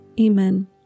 Amen